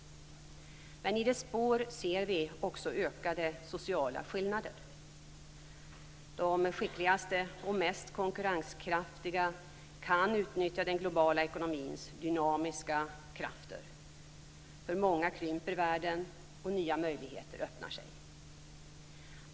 Men i dess spår ser vi också ökade sociala skillnader. De skickligaste och mest konkurrenskraftiga kan utnyttja den globala ekonomins dynamiska krafter. För många krymper världen och nya möjligheter öppnar sig.